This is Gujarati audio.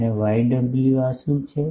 અને Yw આ શું છે